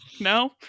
No